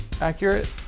accurate